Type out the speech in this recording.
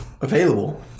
available